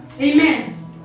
Amen